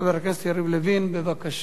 בעד, 11, אין מתנגדים.